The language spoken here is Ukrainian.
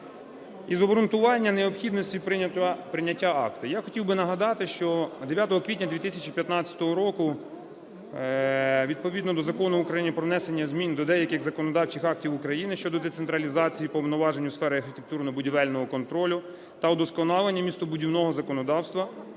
Із обґрунтування необхідності прийняття акта я хотів би нагадати, що 9 квітня 2015 року відповідно до Закону України "Про внесення змін до деяких законодавчих актів України щодо децентралізації повноважень у сфері архітектурно-будівельного контролю та удосконалення містобудівного законодавства"